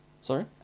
Sorry